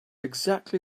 exactly